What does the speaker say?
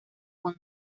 juan